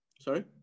Sorry